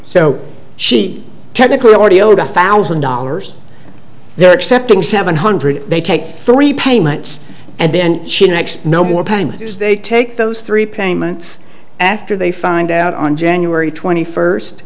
so she technically audiogram thousand dollars they're accepting seven hundred they take three payments and then she next no more payments they take those three payments after they find out on january twenty first